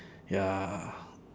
ya